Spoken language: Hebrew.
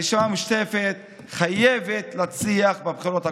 הרשימה המשותפת חייבת להצליח בבחירות הקרובות.